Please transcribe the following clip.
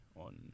on